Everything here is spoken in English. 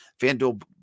FanDuel